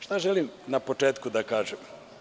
Šta želim na početku da kažem?